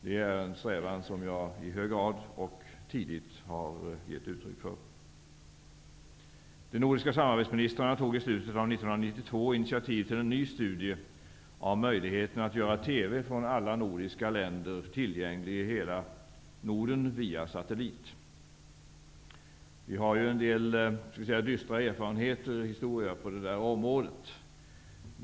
Det är en strävan som jag tidigt i hög grad har givit uttryck för. 1992 initiativ till en ny studie av möjligheterna att göra TV från alla nordiska länder tillgänglig i hela Norden via satellit. Vi har ju en del dystra erfarenheter från detta område.